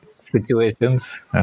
situations